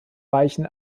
weichen